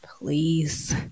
Please